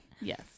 Yes